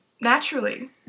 naturally